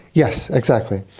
yes, exactly.